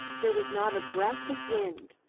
there was not a breath of wind,